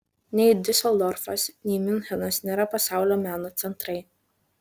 nei diuseldorfas nei miunchenas nėra pasaulio meno centrai